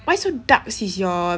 why so dark sis your